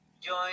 Join